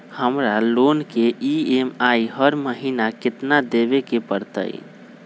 हमरा लोन के ई.एम.आई हर महिना केतना देबे के परतई?